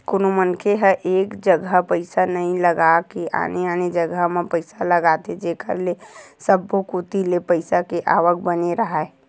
कोनो मनखे ह एक जघा पइसा नइ लगा के आने आने जघा म पइसा लगाथे जेखर ले सब्बो कोती ले पइसा के आवक बने राहय